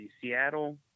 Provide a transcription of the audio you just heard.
Seattle